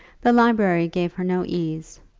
the library gave her no ease,